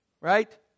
right